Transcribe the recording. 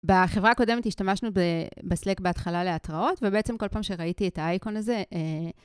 בחברה הקודמת השתמשנו בSlack בהתחלה להתראות, ובעצם כל פעם שראיתי את האייקון הזה...